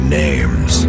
names